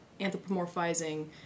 anthropomorphizing